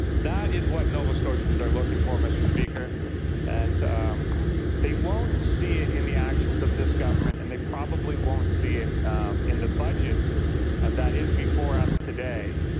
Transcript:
that is what nova scotians are looking for, mr. speaker and they won't see it in the actions of this government and they probably won't see it in the budget that is before us today,